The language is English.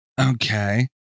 Okay